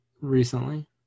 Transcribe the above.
recently